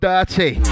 Dirty